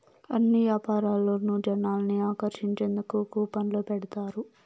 అన్ని యాపారాల్లోనూ జనాల్ని ఆకర్షించేందుకు కూపన్లు పెడతారు